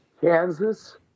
Kansas